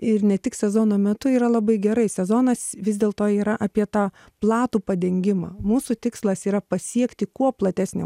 ir ne tik sezono metu yra labai gerai sezonas vis dėlto yra apie tą platų padengimą mūsų tikslas yra pasiekti kuo platesnę